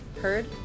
heard